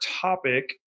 topic